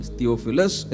Theophilus